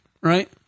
Right